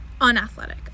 unathletic